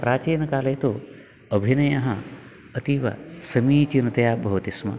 प्राचीनकाले तु अभिनयः अतीव समीचीनतया भवति स्म